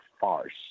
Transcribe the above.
farce